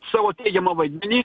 savo teigiamą vaidmenį